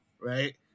right